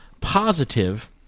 positive